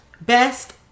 best